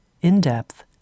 in-depth